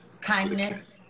Kindness